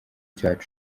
gihugu